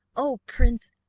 oh, prince!